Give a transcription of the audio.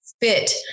fit